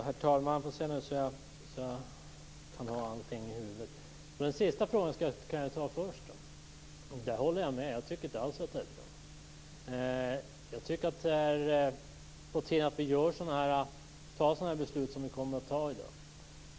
Herr talman! Jag kan först svara på den sista frågan: Jag tycker inte alls att det är bra. Det är på tiden att vi tar sådana beslut som vi i dag kommer att fatta.